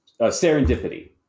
serendipity